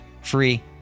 free